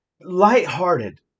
lighthearted